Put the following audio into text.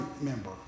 member